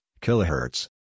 kilohertz